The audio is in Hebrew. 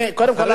אחרי זה